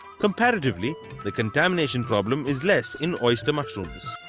comparatively the contamination problem is less in oyster mushrooms.